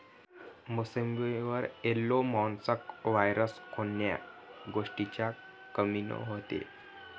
मोसंबीवर yellow mosaic virus कोन्या गोष्टीच्या कमीनं होते?